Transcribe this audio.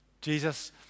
Jesus